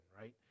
right